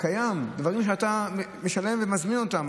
דברים שאתה משלם ומזמין אותם,